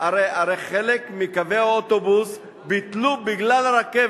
הרי חלק מקווי האוטובוס בוטלו בגלל הרכבת.